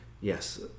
yes